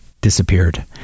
disappeared